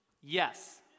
Yes